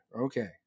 Okay